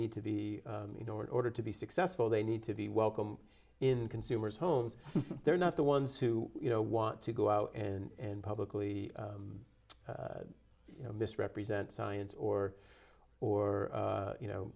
need to be in order to be successful they need to be welcome in consumers homes they're not the ones who you know want to go out and publicly you know misrepresent science or or you know